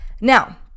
Now